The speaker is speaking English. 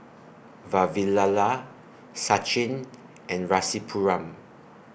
Vavilala Sachin and Rasipuram